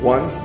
One